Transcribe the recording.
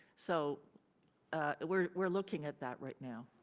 so we're we're looking at that right now.